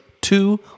two